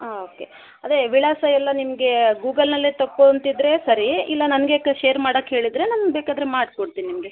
ಹಾಂ ಓಕೆ ಅದೇ ವಿಳಾಸ ಎಲ್ಲ ನಿಮಗೆ ಗೂಗಲ್ನಲ್ಲೇ ತೊಕೋಂತಿದ್ರೆ ಸರಿ ಇಲ್ಲ ನನಗೆ ಕ ಶೇರ್ ಮಾಡಕ್ಕೆ ಹೇಳಿದರೆ ನಾನು ಬೇಕಾದರೆ ಮಾಡ್ಸ್ಕೊಡ್ತೀನಿ ನಿಮಗೆ